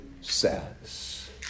says